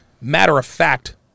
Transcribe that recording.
matter-of-fact